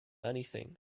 anything